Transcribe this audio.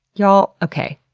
y'all, okay,